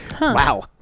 Wow